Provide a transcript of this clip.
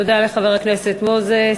תודה לחבר הכנסת מוזס.